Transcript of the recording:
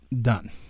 done